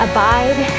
Abide